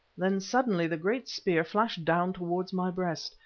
then suddenly the great spear flashed down towards my breast.